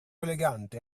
elegante